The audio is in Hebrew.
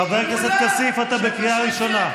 חבר הכנסת כסיף, אתה בקריאה ראשונה.